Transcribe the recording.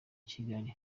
kigali